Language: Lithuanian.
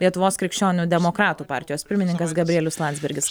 lietuvos krikščionių demokratų partijos pirmininkas gabrielius landsbergis